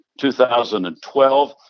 2012